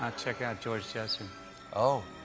um check out george jesse. stephen oh,